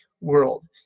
world